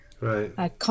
Right